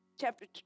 chapter